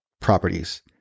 properties